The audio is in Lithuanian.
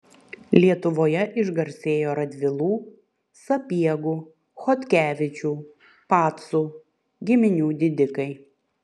lietuvoje išgarsėjo radvilų sapiegų chodkevičių pacų giminių didikai